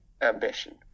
ambition